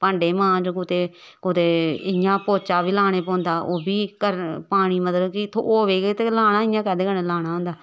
भांडे मांज कुतै कुतै इ'यां पौचा बी लाने पौंदा ओह् बी करने पानी मतलब कि होवे ते गै लाना इ'यां कैह्दे कन्नै लाना होंदा ऐ